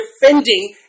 defending